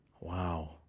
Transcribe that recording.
wow